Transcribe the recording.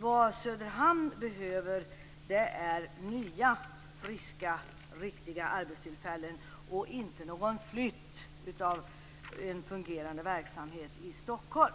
Vad Söderhamn behöver är nya, friska, riktiga arbetstillfällen, inte någon flytt av en fungerande verksamhet i Detta